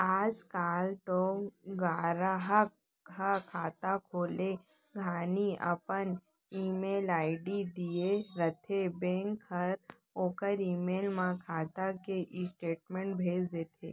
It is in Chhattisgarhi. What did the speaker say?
आज काल तो गराहक ह खाता खोले घानी अपन ईमेल आईडी दिए रथें बेंक हर ओकर ईमेल म खाता के स्टेटमेंट भेज देथे